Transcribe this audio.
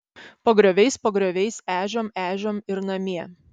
pagrioviais pagrioviais ežiom ežiom ir namie